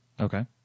Okay